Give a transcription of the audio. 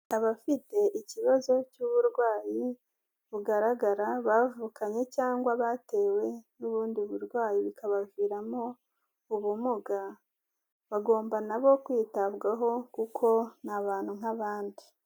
Abafite ikibazo cy'uburwayi bugaragara bavukanye cyangwa batewe n'ubundi burwayi bikabaviramo ubumuga, bagomba na bo kwitabwaho kuko ni abantu nk'abandi.